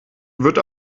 wird